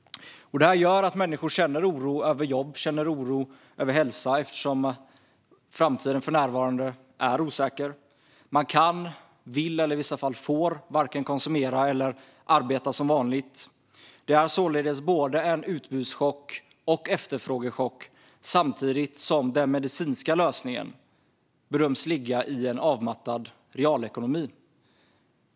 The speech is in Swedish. Det här gör att människor känner oro över jobb och hälsa, eftersom framtiden för närvarande är osäker. Man kan, vill eller i vissa fall får inte vare sig konsumera eller arbeta som vanligt. Det är således både en utbudschock och en efterfrågechock, samtidigt som den medicinska lösningen bedöms ligga i en avmattad realekonomi.